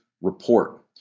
report